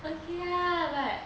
lucky lah